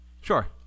Sure